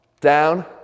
Down